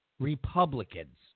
Republicans